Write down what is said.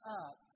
up